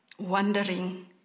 Wondering